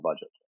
budget